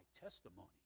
testimony